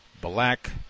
Black